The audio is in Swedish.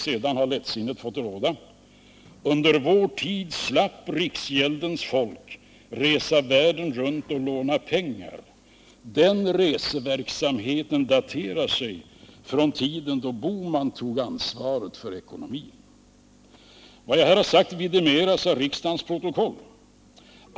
Sedan har lättsinnet fått råda. Under vår tid slapp riksgäldens folk resa världen runt och låna pengar. Den reseverksamheten daterar sig från tiden då herr Bohman tog ansvaret för ekonomin. Vad jag här har sagt vidimeras av riksdagens protokoll.